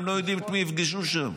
הם לא יודעים את מי יפגשו שם.